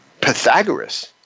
Pythagoras